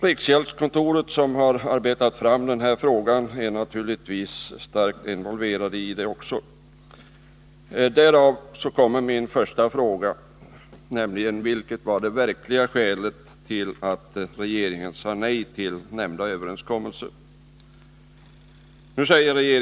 Riksgäldskontoret, som har arbetat fram frågan, är naturligtvis starkt involverat. Därav min första fråga, nämligen vilket det verkliga skälet var till att regeringen sade nej till nämnda överenskommelse.